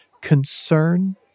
concern